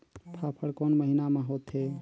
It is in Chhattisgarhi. फाफण कोन महीना म होथे?